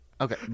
Okay